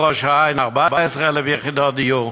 בראש-העין 14,000 יחידות דיור,